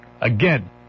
Again